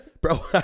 Bro